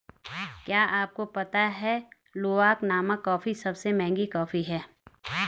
क्या आपको पता है लूवाक नामक कॉफ़ी सबसे महंगी कॉफ़ी है?